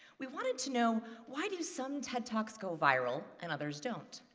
we wanted to know, why do some ted talks go viral and others don't?